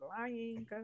lying